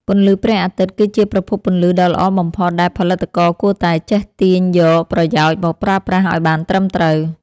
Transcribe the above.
ពន្លឺព្រះអាទិត្យគឺជាប្រភពពន្លឺដ៏ល្អបំផុតដែលផលិតករគួរតែចេះទាញយកប្រយោជន៍មកប្រើប្រាស់ឱ្យបានត្រឹមត្រូវ។